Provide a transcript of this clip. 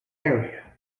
area